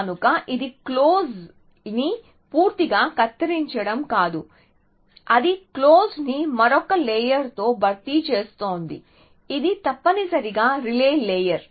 కనుక ఇది క్లోజ్ని పూర్తిగా కత్తిరించడం కాదు అది క్లోజ్ని మరొక లేయర్తో భర్తీ చేస్తోంది ఇది తప్పనిసరిగా రిలే లేయర్